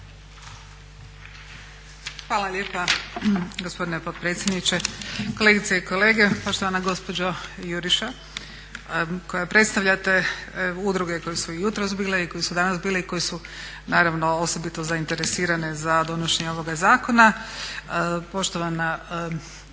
Hvala lijepa gospodine potpredsjedniče. Kolegice i kolege, poštovana gospođo Juriša koja predstavljate udruge koje su i jutros bile i koje su naravno osobito zainteresirane za donošenje ovoga zakona,